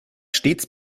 stets